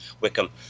Wickham